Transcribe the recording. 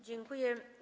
Dziękuję.